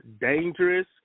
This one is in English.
dangerous